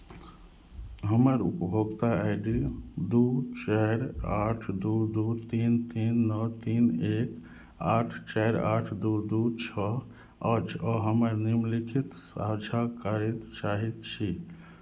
हमर उपभोक्ता I D दू चारि आठ दू दू तीन तीन नओ तीन एक आठ चारि आठ दू दू छओ अछि आ हमर निम्नलिखित साझा करैत चाहैत छी